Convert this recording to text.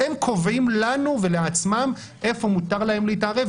קובעים לנו ולעצמם איפה מותר להם להתערב,